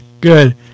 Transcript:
Good